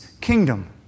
kingdom